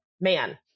man